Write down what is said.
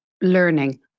learning